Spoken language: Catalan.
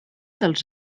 dels